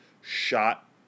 shot